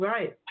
Right